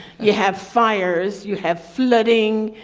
you have fires, you have flooding.